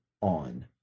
on